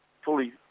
fully